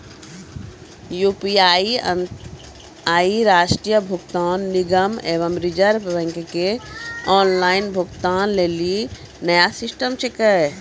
UPI राष्ट्रीय भुगतान निगम एवं रिज़र्व बैंक के ऑनलाइन भुगतान लेली नया सिस्टम छिकै